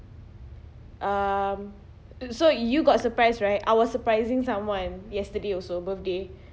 um uh so you got surprised right I was surprising someone yesterday also birthday